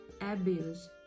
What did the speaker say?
abuse